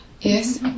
Yes